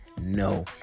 No